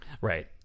Right